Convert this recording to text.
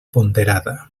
ponderada